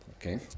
Okay